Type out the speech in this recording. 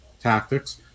tactics